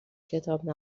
کتاب